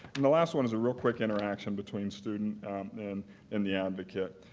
and the last one is a real quick interaction between student and and the advocate.